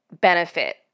benefit